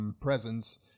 presence